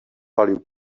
palił